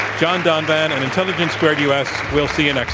john donvan, and intelligence squared u. s. we'll see and